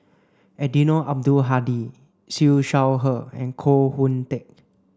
Eddino Abdul Hadi Siew Shaw Her and Koh Hoon Teck